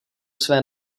své